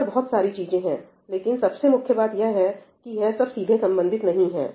यहां पर बहुत सारी चीजें हैं लेकिन सबसे मुख्य बात यह है कि यह सब सीधे संबंधित नहीं है